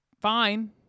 fine